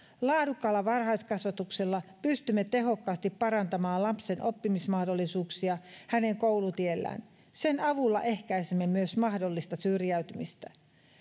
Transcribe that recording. laadukkaalla varhaiskasvatuksella pystymme tehokkaasti parantamaan lapsen oppimismahdollisuuksia hänen koulutiellään sen avulla ehkäisemme myös mahdollista syrjäytymistä